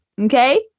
Okay